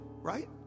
Right